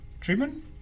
Treatment